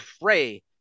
pray